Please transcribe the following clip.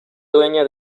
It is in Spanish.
dueña